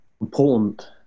important